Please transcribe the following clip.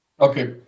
Okay